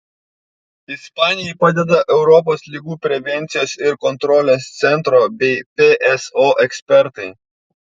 ispanijai padeda europos ligų prevencijos ir kontrolės centro bei pso ekspertai